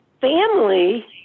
family